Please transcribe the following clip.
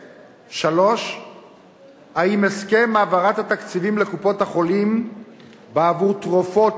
3. האם הסכם העברת התקציבים לקופות-החולים בעבור תרופות